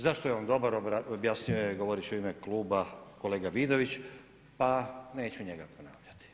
Zašto je on dobar objasnio je, govorit će u ime kluba kolega Vidović pa neću njega ponavljati.